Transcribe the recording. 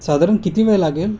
साधारण किती वेळ लागेल